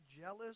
jealous